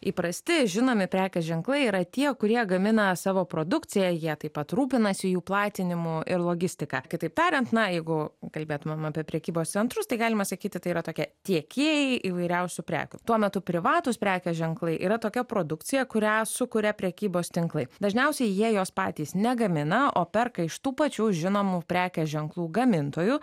įprasti žinomi prekės ženklai yra tie kurie gamina savo produkciją jie taip pat rūpinasi jų platinimu ir logistiką kitaip tariant na jeigu kalbėtumėme apie prekybos centrus tai galima sakyti tai yra tokie tiekėjai įvairiausių prekių tuo metu privatūs prekės ženklai yra tokia produkcija kurią sukuria prekybos tinklai dažniausiai jie jos patys negamina o perka iš tų pačių žinomų prekės ženklų gamintojų